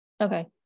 Okay